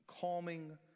calming